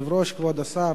כבוד השר,